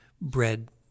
bread